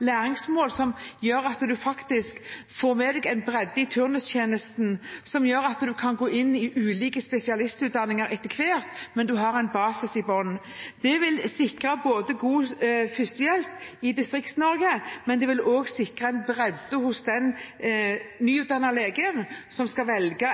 læringsmål som gjør at en faktisk får med seg en bredde i turnustjenesten, som gjør at en kan gå inn i ulike spesialistutdanninger etter hvert, men har en basis i bunn. Det vil sikre både god førstehjelp i Distrikts-Norge og også en bredde hos den nyutdannede legen som skal velge